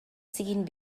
siguin